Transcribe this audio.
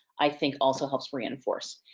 i think also helps reinforce.